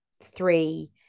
three